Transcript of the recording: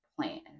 plan